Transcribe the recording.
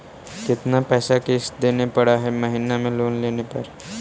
कितना पैसा किस्त देने पड़ है महीना में लोन लेने पर?